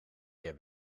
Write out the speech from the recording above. heb